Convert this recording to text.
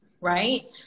right